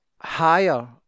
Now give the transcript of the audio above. higher